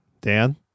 Dan